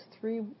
three